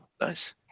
Nice